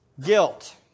guilt